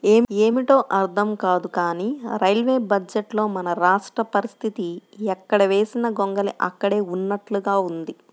ఏమిటో అర్థం కాదు కానీ రైల్వే బడ్జెట్లో మన రాష్ట్ర పరిస్తితి ఎక్కడ వేసిన గొంగళి అక్కడే ఉన్నట్లుగా ఉంది